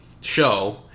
show